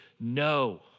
No